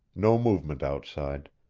no movement outside,